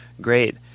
Great